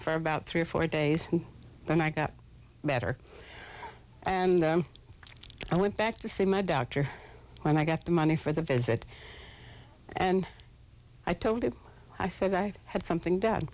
for about three or four days and i got better and i went back to see my doctor when i got the money for the visit and i told him i said i had something bad